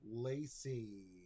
Lacey